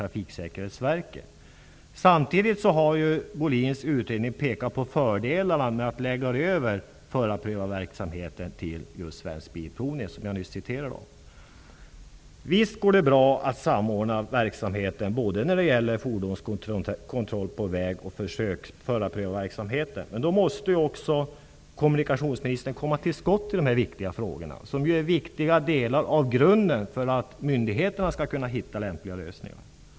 Trafiksäkerhetsverket. Samtidigt har Bohlins utredning pekat på fördelarna med att lägga över förarprövarverksamheten till Svensk Bilprovning. Visst går det bra att samordna verksamheten när det gäller fordonskontrollen på väg och förarprövarverksamheten, men då måste kommunikationsministern komma till skott i dessa viktiga frågor, som ju utgör grunden för att myndigheterna skall kunna hitta lämpliga lösningar.